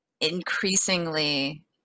increasingly